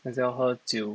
还是要喝酒